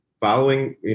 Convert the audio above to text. following